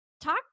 talk